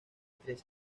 tres